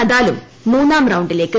നദാലും മൂന്നാം റൌണ്ടിലേക്ക്